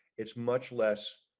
it's much less